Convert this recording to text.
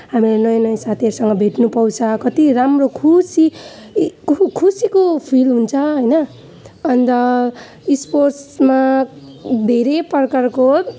हामीले नयाँ नयाँ साथीहरूसँग भेट्नु पाउँछौँ कति राम्रो खुसी यी खु खुसीको फिल हुन्छ होइन अन्त स्पोर्ट्समा धेरै प्रकारको